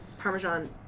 Parmesan